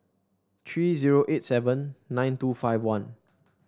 three zero eight seven nine two five one